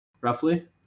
roughly